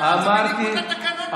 זה בניגוד לתקנון,